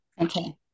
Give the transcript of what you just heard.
okay